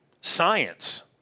science